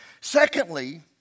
Secondly